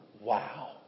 Wow